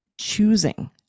choosing